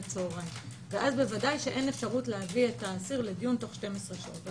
ב-14:00 ואז ודאי שאין אפשרות להביא את האיסור לדיון תוך 12 שעות.